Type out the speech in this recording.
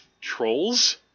trolls